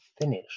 finish